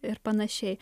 ir panašiai